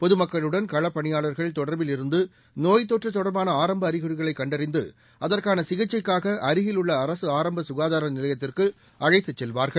பொதுமக்களுடன் களப்பணியாளர்கள் தொடர்பில் இருந்து நோய்த்தொற்று தொடர்பான ஆரம்ப அறிகுறிகளை கண்டறிந்து அதற்கான சிகிச்சைக்காக அருகில் உள்ள அரசு ஆரம்ப சுகாதார நிலையத்திற்கு அழைத்துச் செல்வார்கள்